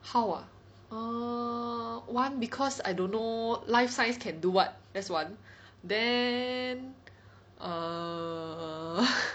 how ah err one cause I don't know life science can do what that's one then err